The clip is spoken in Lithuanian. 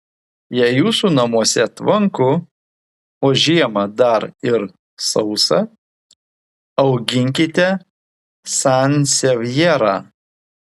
jei jūsų namuose tvanku o žiemą dar ir sausa auginkite sansevjerą